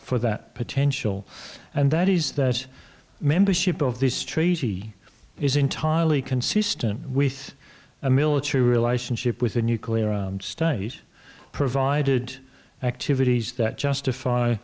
for that potential and that is that membership of this treaty is entirely consistent with a military ship with a nuclear studies provided activities that justify